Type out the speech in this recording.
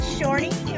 Shorty